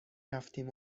رفتیم